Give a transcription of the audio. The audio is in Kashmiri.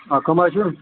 آ کٕم حظ چھِو